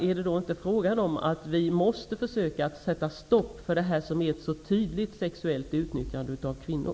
Är det inte frågan om att vi måste försöka sätta stopp för detta som är ett så tydligt sexuellt utnyttjande av kvinnor?